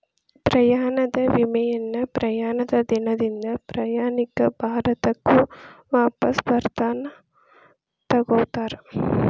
ಪ್ರಯಾಣದ ವಿಮೆಯನ್ನ ಪ್ರಯಾಣದ ದಿನದಿಂದ ಪ್ರಯಾಣಿಕ ಭಾರತಕ್ಕ ವಾಪಸ್ ಬರತನ ತೊಗೋತಾರ